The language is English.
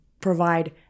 provide